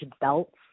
belts